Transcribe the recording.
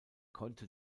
konnte